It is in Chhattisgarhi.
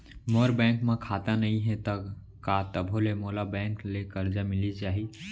मोर बैंक म खाता नई हे त का तभो ले मोला बैंक ले करजा मिलिस जाही?